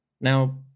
Now